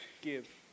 give